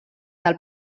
del